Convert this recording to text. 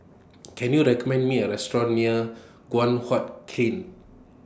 Can YOU recommend Me A Restaurant near Guan Huat Kiln